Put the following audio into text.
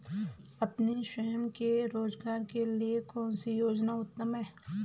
अपने स्वयं के रोज़गार के लिए कौनसी योजना उत्तम है?